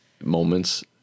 moments